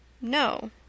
No